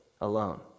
alone